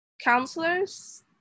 counselors